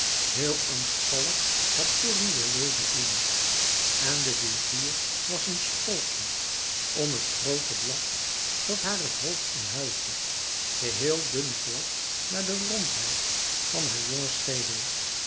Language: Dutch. heel angstvallig het te ruwe leven in en de figuur was een sprookje om het groote blad dat haar het hoofd omhuifde geheel dun glad naar de rondheid van haar jongen schedel